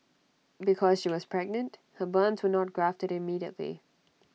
because she was pregnant her burns were not grafted immediately